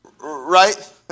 right